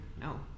No